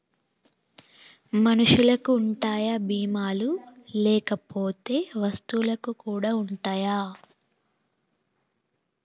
మనుషులకి ఉంటాయా బీమా లు లేకపోతే వస్తువులకు కూడా ఉంటయా?